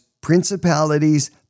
principalities